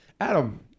Adam